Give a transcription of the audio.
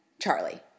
Charlie